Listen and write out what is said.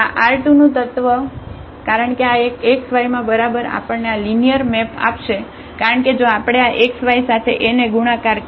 આ R2નું તત્વ કારણ કે આ એક આ xy માં બરાબર આપણને આ લિનિયર મેપ આપશે કારણ કે જો આપણે આ x y સાથે A ને ગુણાકાર કરીએ